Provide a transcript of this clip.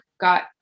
got